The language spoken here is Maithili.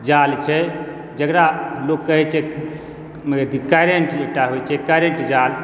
जाल छै जेकरा लोक कहै छै कैरेंट एकटा होइ छै करेंट जाल